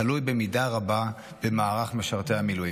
תלוי במידה רבה במערך משרתי המילואים.